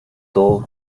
tall